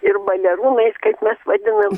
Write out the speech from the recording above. ir balerūnais kaip mes vadinam